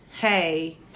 Hey